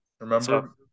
remember